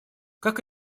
как